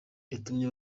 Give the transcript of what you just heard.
yatumye